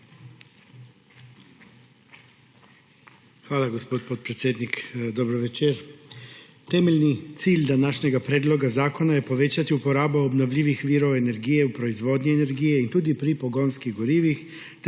Hvala, gospod podpredsednik. Dober večer! Temeljni cilj današnjega predloga zakona je povečati uporabo obnovljivih virov energije v proizvodnji energije in tudi pri pogonskih gorivih